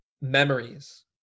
memories